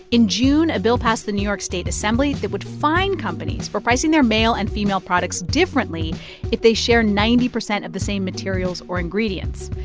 in june, a bill passed the new york state assembly that would fine companies for pricing their male and female products differently if they share ninety percent of the same materials or ingredients.